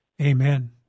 Amen